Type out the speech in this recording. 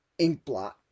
inkblot